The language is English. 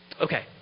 Okay